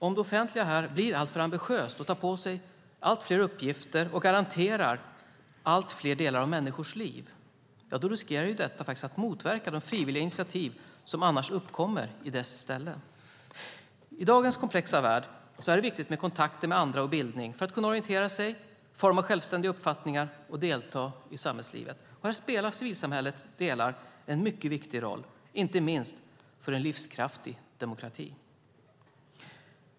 Om det offentliga blir alltför ambitiöst, tar på sig allt fler uppgifter och garanterar allt fler delar av människors liv riskerar det att motverka de frivilliga initiativ som annars uppkommer i dess ställe. I dagens komplexa värld är det viktigt med kontakter med andra och bildning för att kunna orientera sig, forma självständiga uppfattningar och delta i samhällslivet. Här spelar civilsamhället en mycket viktig roll, inte minst för en livskraftig demokrati.